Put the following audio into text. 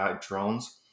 drones